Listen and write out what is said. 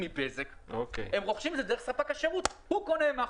מבזק אלא הם רוכשים את זה דרך ספק השירות שהוא קונה.